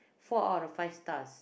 four out of five stars